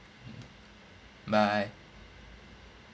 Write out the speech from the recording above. bye